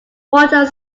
water